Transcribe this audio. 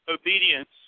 obedience